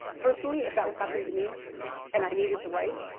personally, if that was happening to me and i needed to write,